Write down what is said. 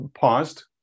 paused